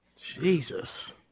Jesus